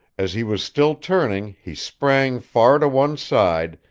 as he was still turning, he sprang far to one side,